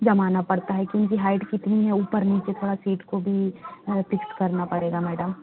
जमाना पड़ता है क्योंकि हाइट कितनी है ऊपर नीचे थोड़ा सीट को भी फिक्स करना पड़ेगा मैडम